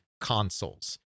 consoles